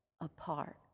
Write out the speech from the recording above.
apart